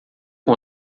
com